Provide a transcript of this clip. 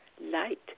light